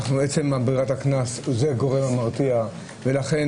עצם עבירת הקנס זה הגורם המרתיע ולכן,